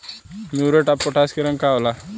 Muriate of potash के रंग का होला?